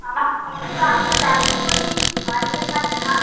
আমার সমস্ত আমি তো চাকরি করি বাড়িতে থাকি না